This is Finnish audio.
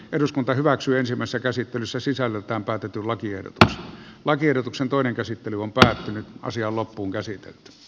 eduskunta hyväksyy ensimmäistä käsittelyssä sisällöltään päätetyn lakiehdotus lakiehdotuksen toinen käsittely on parhaiten asiaan lopun käsin